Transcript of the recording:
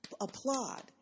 applaud